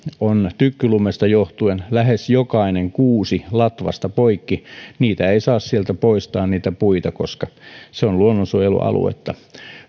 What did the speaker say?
on tykkylumesta johtuen lähes jokainen kuusi latvasta poikki niitä puita ei saa sieltä poistaa koska se on luonnonsuojelualuetta